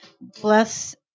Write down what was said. bless